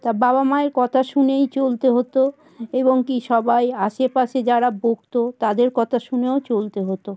তা বাবা মায়ের কথা শুনেই চলতে হতো এবং কি সবাই আশেপাশে যারা বকতো তাদের কথা শুনেও চলতে হতো